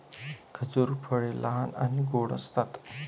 खजूर फळे लहान आणि गोड असतात